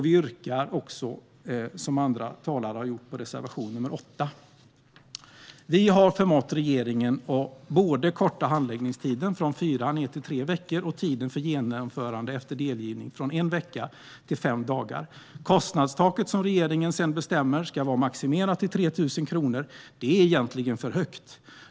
Vi yrkar också, som andra talare har gjort, bifall till reservation nr 8. Vi har förmått regeringen att korta ned både handläggningstiden, från fyra till tre veckor, och tiden för genomförande efter delgivning, från en vecka till fem dagar. Kostnadstaket som regeringen sedan bestämmer ska vara maximerat till 3 000 kronor; det är egentligen för högt.